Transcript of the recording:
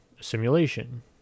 simulation